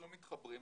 לא מתחברים,